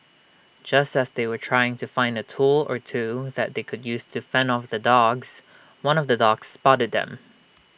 just as they were trying to find A tool or two that they could use to fend off the dogs one of the dogs spotted them